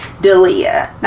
D'Elia